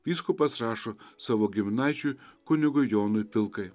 vyskupas rašo savo giminaičiui kunigui jonui pilkai